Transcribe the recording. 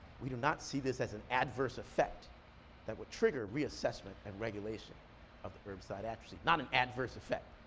we do not see this as an adverse effect that would trigger reassessment and regulation of the herbicide atrazine. not an adverse effect.